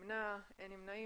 אין נמנעים,